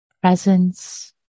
presence